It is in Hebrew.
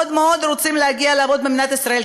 מאוד רוצים להגיע לעבוד במדינת ישראל,